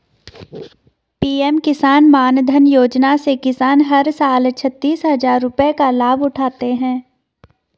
PM Kisan Maandhan Yojana से किसान हर साल छतीस हजार रुपये का लाभ उठाते है